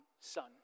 son